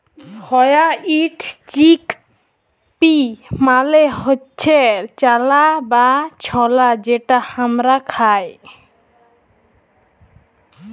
white chickpea মালে হচ্যে চালা বা ছলা যেটা হামরা খাই